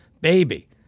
baby